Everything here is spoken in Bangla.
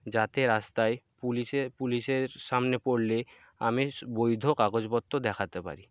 যাতে রাস্তায় পুলিশে পুলিশের সামনে পড়লে আমি বৈধ কাগজপত্র দেখাতে পারি